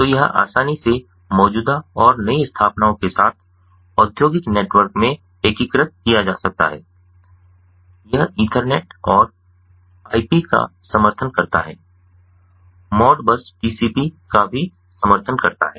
तो यह आसानी से मौजूदा और नई स्थापनाओं के साथ औद्योगिक नेटवर्क में एकीकृत किया जा सकता है यह ईथरनेट और आईपी का समर्थन करता है और मॉड बस टीसीपी का भी समर्थन करता है